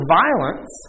violence